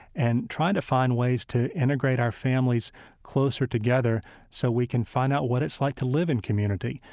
and trying to find ways to integrate our families closer together so we can find out what it's like to live in community.